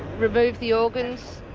remove the organs,